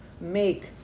make